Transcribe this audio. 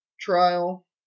trial